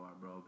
bro